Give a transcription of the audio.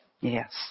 Yes